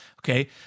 okay